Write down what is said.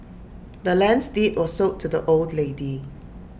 the land's deed was sold to the old lady